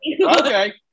okay